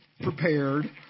prepared